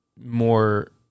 more